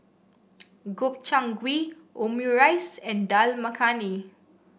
Gobchang Gui Omurice and Dal Makhani